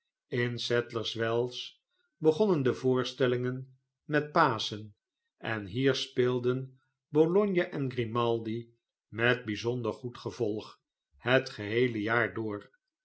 in sadlerswells begonnen de voorstellingen met paschen en hier speelden bologna en grimaldi met bijzonder goed gevolg het geheele jaar door